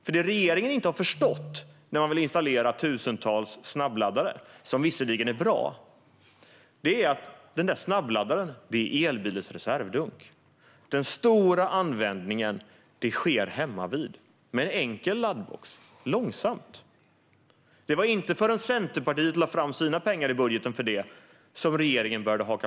Vad regeringen inte har förstått när den vill installera tusentals snabbladdare, som visserligen är bra, är att en snabbladdare är elbilens reservdunk. Den stora användningen sker hemmavid med en enkel laddbox och långsamt. Det var inte förrän Centerpartiet lade fram pengar för det i sin budget som regeringen hakade på.